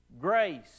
grace